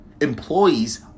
Employees